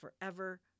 forever